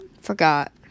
Forgot